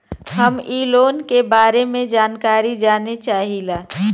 हम इ लोन के बारे मे जानकारी जाने चाहीला?